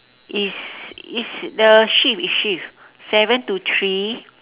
it's it's the shift it's shift seven to three